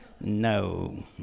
No